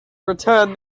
return